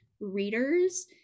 readers